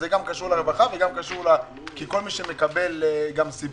זה גם קשור לרווחה כי כל מי שמקבל סבסוד